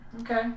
Okay